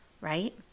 right